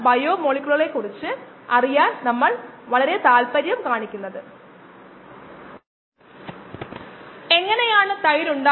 വേഗത്തിൽ വളരുന്ന ബാക്ടീരിയകൾക്കുപോലും നമ്മൾ ഇത് ഒറ്റരാത്രികൊണ്ട് സൂക്ഷിക്കേണ്ടതുണ്ട് പക്ഷേ ഇത് ഉപയോഗിക്കാൻ കഴിയുന്ന ഒരു രീതിയാണ് കാരണം കോളനികൾ തത്സമയ കോശങ്ങളിൽ നിന്ന് മാത്രമേ ഉണ്ടാകൂ